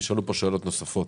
נשאלו פה שאלות נוספות